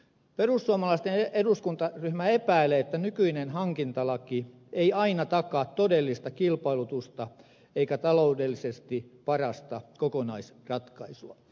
perussuomalaisten eduskuntaryhmä epäilee että nykyinen hankintalaki ei aina takaa todellista kilpailutusta eikä taloudellisesti parasta kokonaisratkaisua